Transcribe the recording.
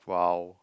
!wow!